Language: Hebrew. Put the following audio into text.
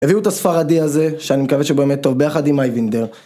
הביאו את הספרדי הזה, שאני מקווה שבאמת טוב ביחד עם אייבינדר.